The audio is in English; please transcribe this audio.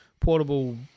portable